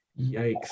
Yikes